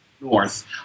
north